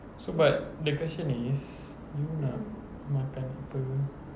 so but the question is you nak makan apa